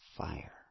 fire